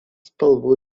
spalvų